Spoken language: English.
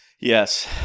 Yes